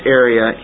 area